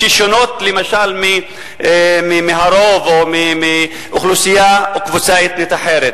ששונות למשל מהרוב או מאוכלוסייה או קבוצה אתנית אחרת.